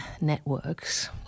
networks